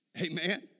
Amen